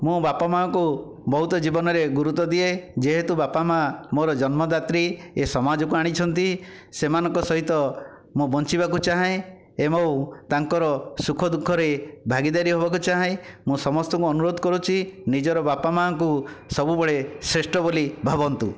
ମୁଁ ବାପାମାଆଙ୍କୁ ବହୁତ ଜୀବନରେ ଗୁରୁତ୍ୱ ଦିଏ ଯେହେତୁ ବାପାମାଆ ମୋର ଜନ୍ମଦାତ୍ରୀ ଏ ସମାଜକୁ ଆଣିଛନ୍ତି ସେମାନଙ୍କ ସହିତ ମୁଁ ବଞ୍ଚିବାକୁ ଚାହେଁ ଏବଂ ତାଙ୍କର ସୁଖଦୁଃଖରେ ଭାଗିଦାରି ହେବାକୁ ଚାହେଁ ମୁଁ ସମସ୍ତଙ୍କୁ ଅନୁରୋଧ କରୁଛି ନିଜର ବାପାମାଆଙ୍କୁ ସବୁବେଳେ ଶ୍ରେଷ୍ଠ ବୋଲି ଭାବନ୍ତୁ